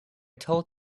told